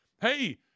Hey